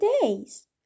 days